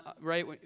right